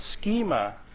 schema